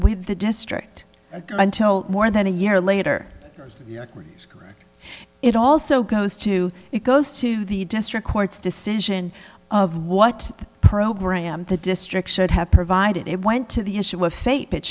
with the district until more than a year later it also goes to it goes to the district court's decision of what the program the district should have provided it went to the issue of fa